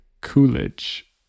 coolidge